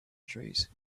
trees